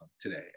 today